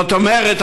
זאת אומרת,